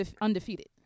undefeated